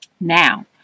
Now